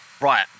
Right